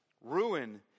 Ruin